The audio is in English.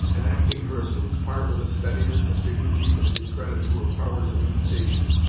enacting her assumed part with a steadiness and dignity that did credit to her powers of imitation,